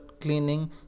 cleaning